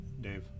Dave